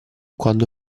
quando